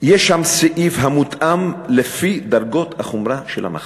שיש בה סעיף המותאם לדרגות החומרה של המחלה,